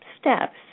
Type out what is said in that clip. steps